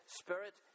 spirit